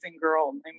girl